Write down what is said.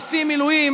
עושים מילואים,